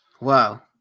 Wow